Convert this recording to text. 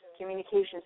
communications